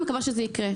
אני מקווה שזה יקרה.